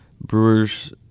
brewers